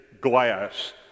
glass